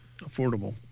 affordable